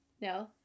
No